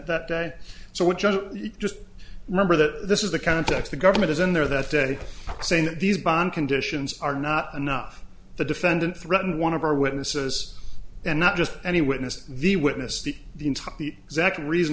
that day so which i just remember that this is the context the government is in there that day saying that these bond conditions are not enough the defendant threatened one of our witnesses and not just any witness the witness